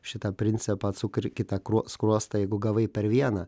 šitą principą atsuk ir kitą kruo skruostą jeigu gavai per vieną